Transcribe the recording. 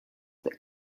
that